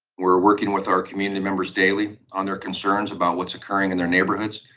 we're working with our community members daily on their concerns about what's occurring in their neighborhoods.